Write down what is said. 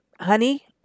honey